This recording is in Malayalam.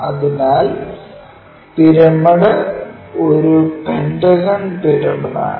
അതിനാൽ പിരമിഡ് ഒരു പെന്റഗണൽ പിരമിഡാണ്